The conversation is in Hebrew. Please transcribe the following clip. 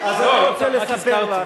רק הזכרתי.